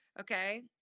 Okay